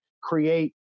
create